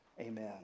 amen